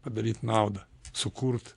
padaryt naudą sukurti